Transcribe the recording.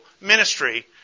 ministry